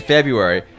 February